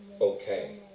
okay